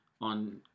on